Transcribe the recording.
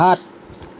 সাত